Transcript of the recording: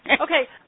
Okay